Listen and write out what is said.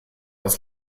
aus